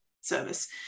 service